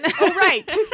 right